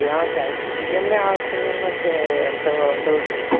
cash EMI option ఏమైనా ఉంటే ఎంత ఎంత అవుతుంది